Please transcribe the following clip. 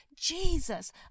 Jesus